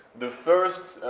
the first,